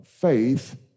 faith